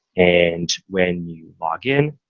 and when you log in,